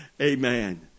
Amen